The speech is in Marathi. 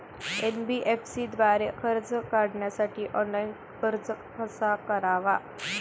एन.बी.एफ.सी द्वारे कर्ज काढण्यासाठी ऑनलाइन अर्ज कसा करावा?